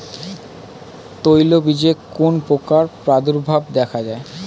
তৈলবীজে কোন পোকার প্রাদুর্ভাব দেখা যায়?